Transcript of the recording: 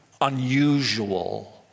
unusual